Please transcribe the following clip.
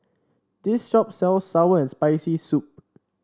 this shop sells sour and Spicy Soup